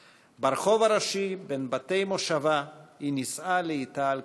/ ברחוב הראשי בין בתי מושבה / היא נישאה לאטה על